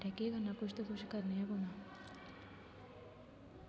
private ऐ है कि टम्परेरी ऐ जेहड़ी गवर्नामेंट ऐ ओह् परमानैंट ऐ पर केह् करना कुछ ना कुछ करना गै पोना